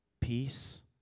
Peace